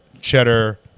cheddar